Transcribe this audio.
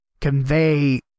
convey